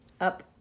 up